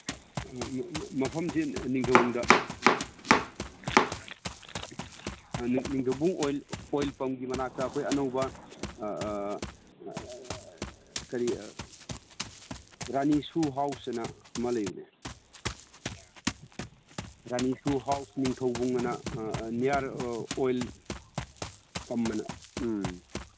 ꯃꯐꯝꯁꯤ ꯅꯤꯡꯊꯧꯈꯣꯡꯗ ꯑꯥ ꯅꯤꯡꯊꯧꯕꯨꯡ ꯑꯣꯏꯜ ꯄꯝꯒꯤ ꯃꯅꯥꯛꯇ ꯑꯩꯈꯣꯏ ꯑꯅꯧꯕ ꯀꯔꯤ ꯔꯥꯅꯤ ꯁꯨ ꯍꯥꯎꯁꯑꯅ ꯑꯃ ꯂꯩꯕꯅꯦ ꯔꯥꯅꯤ ꯁꯨ ꯍꯥꯎꯁ ꯅꯤꯡꯊꯧꯕꯨꯡꯑꯅ ꯅꯤꯌꯔ ꯑꯣꯏꯜ ꯄꯝꯑꯅ ꯎꯝ